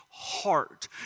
heart